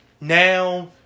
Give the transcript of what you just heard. Now